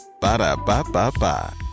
Ba-da-ba-ba-ba